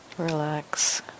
relax